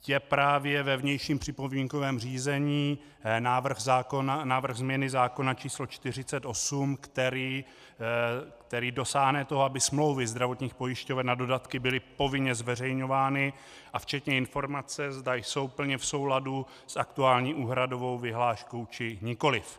Je právě ve vnějším připomínkovém řízení návrh zákona, návrh změny zákona číslo 48, který dosáhne toho, aby smlouvy zdravotních pojišťoven na dodatky byly povinně zveřejňovány a včetně informace, zda jsou plně v souladu s aktuální úhradovou vyhláškou, či nikoliv.